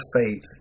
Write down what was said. faith